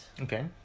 Okay